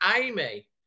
Amy